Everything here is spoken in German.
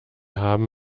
haben